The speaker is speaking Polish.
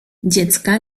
dziecka